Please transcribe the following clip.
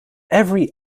every